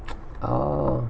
oh